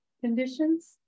conditions